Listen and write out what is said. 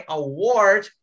award